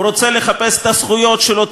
הוא רוצה לחפש את הזכויות שלו.